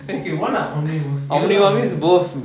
okay what are omnivores is it